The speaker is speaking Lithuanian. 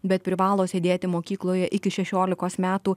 bet privalo sėdėti mokykloje iki šešiolikos metų